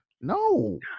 No